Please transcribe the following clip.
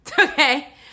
Okay